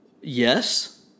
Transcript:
yes